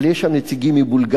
אבל יש שם נציגים מבולגריה,